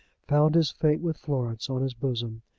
found his fate with florence on his bosom.